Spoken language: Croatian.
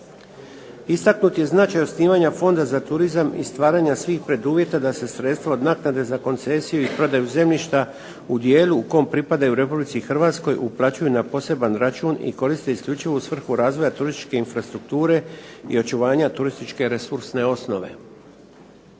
Istaknut je značaj osnivanja Fonda za turizam i stvaranja svih preduvjeta da se sredstva od naknade za koncesiju i prodaju zemljišta u dijelu u kojem pripadaju RH uplaćuju na poseban račun i koriste isključivo u svrhu razvoja turističke infrastrukture i očuvanje turističke resursne osnove.